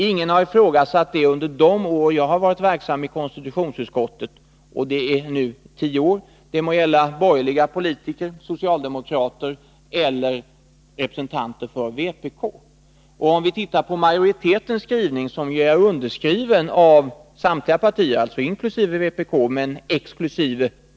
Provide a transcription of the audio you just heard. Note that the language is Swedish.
Ingen har ifrågasatt det under de år jag har varit verksam i konstitutionsutskottet — det är nu tio år — det må gälla borgerliga politiker, socialdemokrater eller representanter för vpk. Om vi tittar på majoritetens skrivning, som är underskriven av samtliga partier inkl. vpk men exkl.